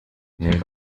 nel